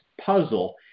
Puzzle